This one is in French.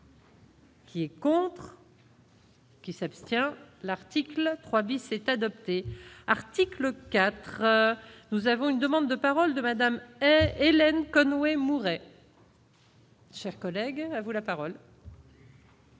Qui est. Qui s'abstient, l'article 3 bis est adopté article IV. Nous avons une demande de paroles de Madame Hélène Conway Mouret. Chers collègues, à vous la parole.